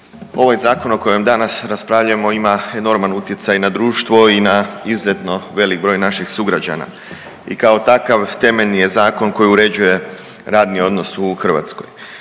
ovaj zakon o kojem danas raspravljamo ima enorman utjecaj na društvo i na izuzetno velik broj naših sugrađana i kao takav temeljni je zakon koji uređuje radni odnos u Hrvatskoj.